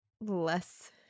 less